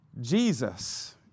Jesus